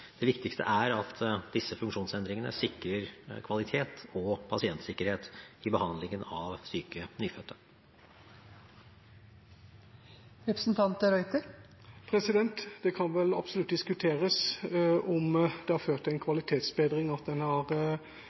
Det viktigste er at disse funksjonsendringene sikrer kvalitet og pasientsikkerhet i behandlingen av syke nyfødte. Det kan vel absolutt diskuteres om det har ført til en kvalitetsbedring at en har